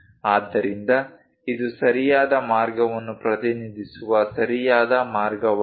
ಆದ್ದರಿಂದ ಇದು ಸರಿಯಾದ ಮಾರ್ಗವನ್ನು ಪ್ರತಿನಿಧಿಸುವ ಸರಿಯಾದ ಮಾರ್ಗವಾಗಿದೆ